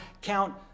count